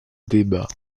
débat